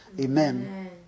amen